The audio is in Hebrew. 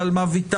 ועל מה ויתרנו,